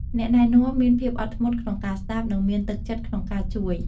អ្នកណែនាំមានភាពអត់ធ្មត់ក្នុងការស្តាប់ និងមានទឹកចិត្តក្នុងការជួយ។